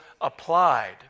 applied